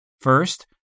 First